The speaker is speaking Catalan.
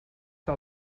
que